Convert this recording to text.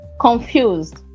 Confused